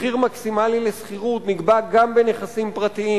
מחיר מקסימלי לשכירות נקבע גם בנכסים פרטים